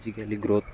ଆଜିକାଲି ଗ୍ରୋଥ